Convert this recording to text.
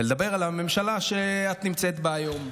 ולדבר על הממשלה שאת נמצאת בה היום.